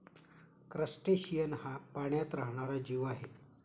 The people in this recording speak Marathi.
क्रस्टेशियन हा पाण्यात राहणारा जीव आहे